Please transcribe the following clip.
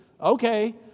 okay